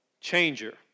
changer